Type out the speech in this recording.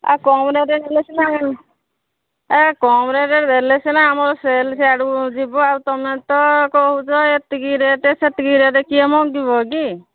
ଏ କମ୍ ରେଟ୍ ହେଲେ ସିନା ଏ କମ୍ ରେଟ୍ରେ ଦେଲେ ସିନା ଆମ ସେଲ୍ ସିଆଡ଼ୁ ଯିବ ଆଉ ତୁମେ ତ କହୁଛ ଏତିକି ରେଟ ସେତିକି ରେଟ କିଏ ମଙ୍ଗିବ କି